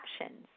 options